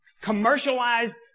commercialized